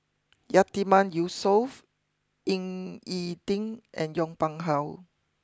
Yatiman Yusof Ying E Ding and Yong Pung how